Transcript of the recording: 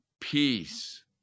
peace